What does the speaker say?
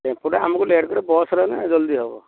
ଟେମ୍ପୁଟା ଆମକୁ ଲେଟ୍ କରିବ ବସ୍ରେ ହେଲେ ଜଲ୍ଦି ହବ